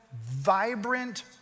vibrant